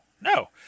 no